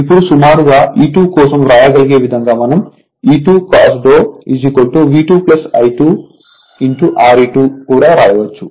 ఇప్పుడు సుమారుగా E2 కోసం వ్రాయగలిగే విధంగా మనం E2 cos V2 I2Re2 కూడా వ్రాయవచ్చు